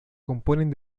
componen